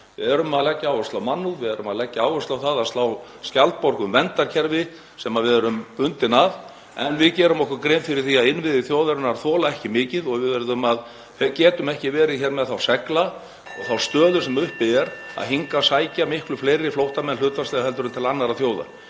Við erum að leggja áherslu á mannúð. Við erum að leggja áherslu á það að slá skjaldborg um verndarkerfi sem við erum bundin af. En við gerum okkur grein fyrir því að innviðir þjóðarinnar þola ekki mikið og við getum ekki verið hér með þá segla og þá stöðu sem uppi er (Forseti hringir.) að hingað sækja miklu fleiri flóttamenn hlutfallslega heldur en til annarra þjóða.